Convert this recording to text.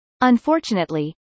Unfortunately